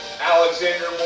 Alexander